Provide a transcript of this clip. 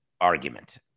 argument